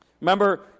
Remember